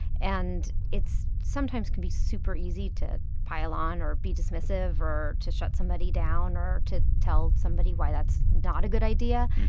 and it sometimes can be super easy to pile on or be dismissive or to shut somebody down or to tell somebody why that's not a good idea.